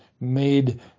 made